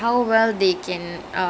mm that's true